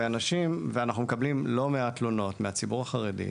אנחנו מקבלים לא מעט תלונות מהציבור החרדי,